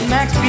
Max